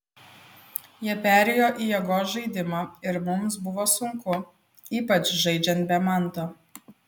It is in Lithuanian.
jie perėjo į jėgos žaidimą ir mums buvo sunku ypač žaidžiant be manto